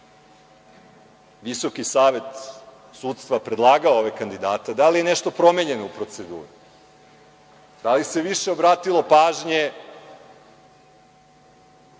Visoki savet sudstva predlagao ove kandidate, da li je nešto promenjeno u proceduri? Da li se više obratilo pažnje